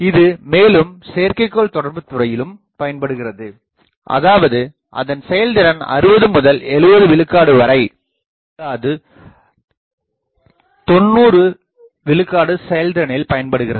இது மேலும் செயற்கைக்கோள் தொடர்புத்துறையிலும் பயன்படுகிறது அதாவது அதன் செயல்திறன் 60 முதல்70 விழுக்காடு வரை அல்லாது 90 விழுக்காடு செயல்திறனில் பயன்படுகிறது